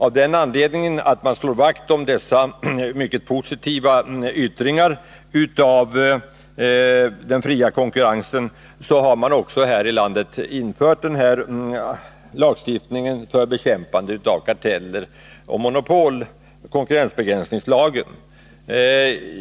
Av den anledningen att man slår vakt om dessa mycket positiva yttringar av den fria konkurrensen har man här i landet också infört lagstiftningen för bekämpande av karteller och monopol. konkurrensbegränsningslagen.